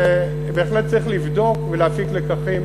ובהחלט צריך לבדוק ולהפיק לקחים.